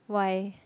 why